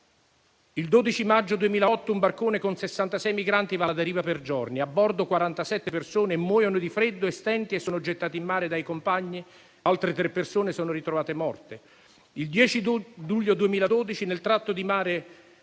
Il 12 maggio 2008 un barcone con 66 migranti va alla deriva per giorni; a bordo 47 persone muoiono di freddo e stenti e sono gettate in mare dai compagni, altre tre sono ritrovate morte. Il 10 luglio 2012, nel tratto di mare